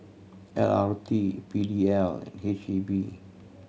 L R T P D L H E B